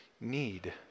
need